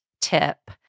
tip